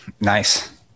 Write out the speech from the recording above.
Nice